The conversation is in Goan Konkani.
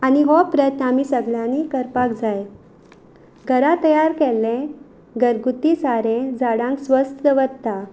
आनी हो प्रयत्न आमी सगल्यांनी करपाक जाय घरा तयार केल्लें घरगुती सारें झाडांक स्वस्त दवरता